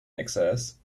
access